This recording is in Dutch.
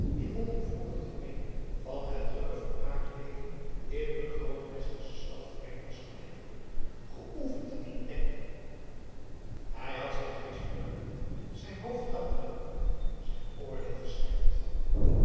in wat hem vroeger te midden van het drukke vermakenleven in een groote westersche stad vreemd was gebleven geoefend in het denken het had zijn geest verruimd zijn hoofd helderder gemaakt zijn oordeel gescherpt